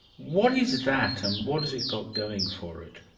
what is that and what has it got going for it?